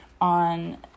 on